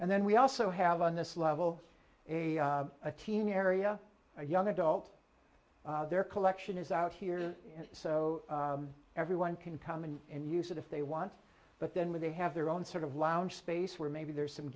and then we also have on this level a a team area a young adult there collection is out here so everyone can come in and use it if they want but then when they have their own sort of lounge space where maybe there's some